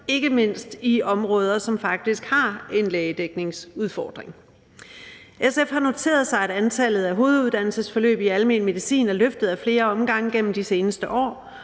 ikke mindst i områder, som faktisk har en lægedækningsudfordring. SF har noteret sig, at antallet af hoveduddannelsesforløb i almen medicin er løftet ad flere omgange gennem de seneste år,